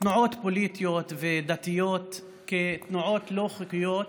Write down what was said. פוליטיות ודתיות כתנועות לא חוקיות